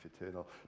eternal